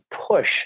push